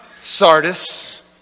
sardis